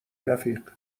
رفیق